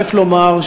ראשית,